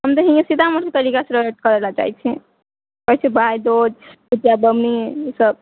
हम तऽ हियेँ सीतामढ़ीके तरीकासँ करय लए चाहै छी भाय दूज जितिया पाबनि ईसभ